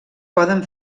poden